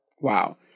Wow